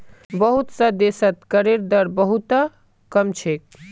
बहुत स देशत करेर दर बहु त कम छेक